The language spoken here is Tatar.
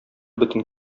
бөтен